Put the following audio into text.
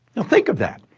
now think of that.